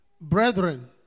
brethren